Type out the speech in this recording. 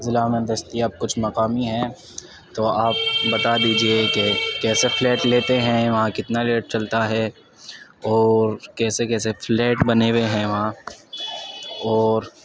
ضلع میں دستیاب کچھ مقامی ہیں تو آپ بتا دیجیے کہ کیسے فلیٹ لیتے ہیں وہاں کتنا ریٹ چلتا ہے اور کیسے کیسے فلیٹ بنے ہوئے ہیں وہاں اور